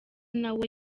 nawe